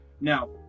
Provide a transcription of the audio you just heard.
Now